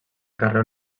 carrer